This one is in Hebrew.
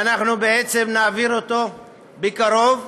ואנחנו נעביר אותו בקרוב,